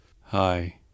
Hi